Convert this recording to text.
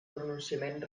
pronunciament